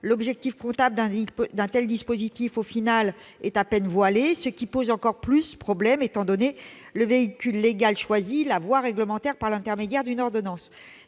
l'objectif comptable d'un tel dispositif au final est à peine voilé, ce qui pose encore plus problème étant donné le véhicule légal choisi, la voie réglementaire, par l'intermédiaire d'une ordonnance.